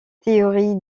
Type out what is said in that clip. théorie